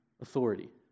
authority